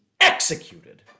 executed